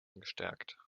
gestärkt